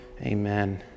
Amen